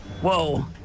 Whoa